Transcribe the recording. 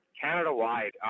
canada-wide